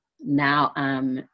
now